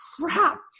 crap